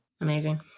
Amazing